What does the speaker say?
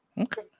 Okay